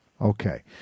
Okay